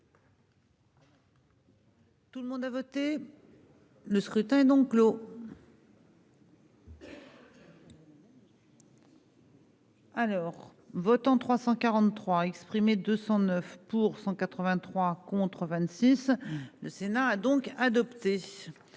Tout le monde a voté. Le scrutin est donc clos. Alors votants 343 exprimés, 209 pour 183 contre 26. Le Sénat a donc adopté.